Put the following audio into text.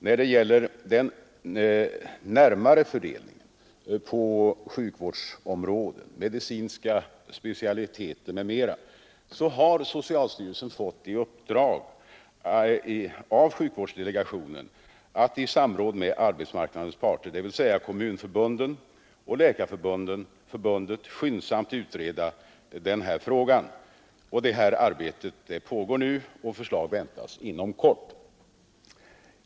När det gäller den närmare fördelningen på sjukvårdsområden, medicinska specialiteter m.m. har socialstyrelsen fått i uppdrag av sjukvårdsdelegationen att i samråd med arbetsmarknadens parter, dvs. kommunförbunden och Läkarförbundet, utreda den här frågan. Det arbetet pågår nu, och förslag väntas inom kort.